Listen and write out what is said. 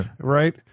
right